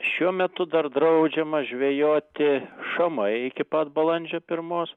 šiuo metu dar draudžiama žvejoti šamai iki pat balandžio pirmos